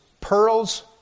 Pearls